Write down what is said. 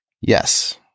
Yes